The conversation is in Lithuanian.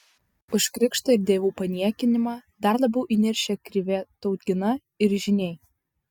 už krikštą ir dievų paniekinimą dar labiau įniršę krivė tautgina ir žyniai